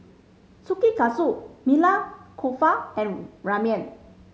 Kushikatsu Maili Kofta and Ramen